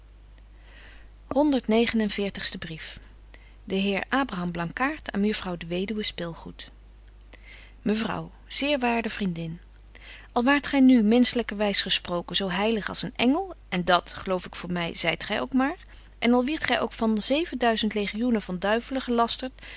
veertigste brief de heer abraham blankaart aan mejuffrouw de weduwe spilgoed mevrouw zeer waarde vriendin al waart gy nu menschlyker wys gesproken zo heilig als een engel en dat geloof ik voor my zyt gy ook maar en al wierdt gy ook van zeven duizend legioenen van duivelen gelastert